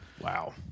Wow